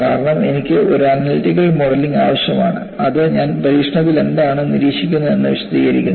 കാരണം എനിക്ക് ഒരു അനലിറ്റിക്കൽ മോഡലിംഗ് ആവശ്യമാണ് അത് ഞാൻ പരീക്ഷണത്തിൽ എന്താണ് നിരീക്ഷിക്കുന്നത് എന്ന് വിശദീകരിക്കുന്നു